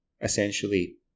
essentially